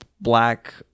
black